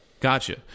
Gotcha